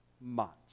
months